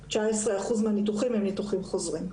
19 אחוז מהניתוחים הם כבר ניתוחים חוזרים.